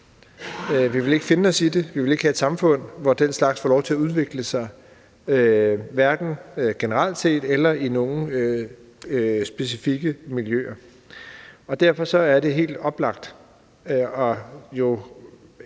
Vi vil ikke finde os i det, vi vil ikke have et samfund, hvor den slags får lov til at udvikle sig, hverken generelt set eller i nogle specifikke miljøer, og derfor er det jo også helt oplagt at